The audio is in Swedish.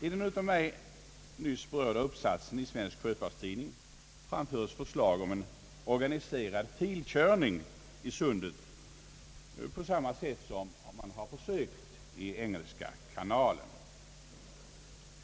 I den av mig nyss berörda uppsatsen i Svensk Sjöfartstidning föreslås organiserad »filkörning» i Sundet — den ordningen har prövats i Engelska kanalen.